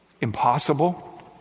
impossible